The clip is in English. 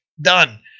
Done